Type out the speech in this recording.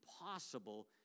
impossible